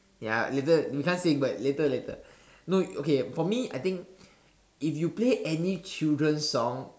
ya later we can sing but later later no okay for me I think if you play any children song